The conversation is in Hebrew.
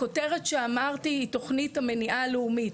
הכותרת שאמרתי היא תוכנית המניעה הלאומית,